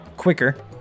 quicker